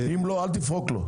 אם לא, אל תפרוק לו.